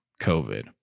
COVID